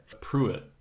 Pruitt